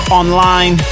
online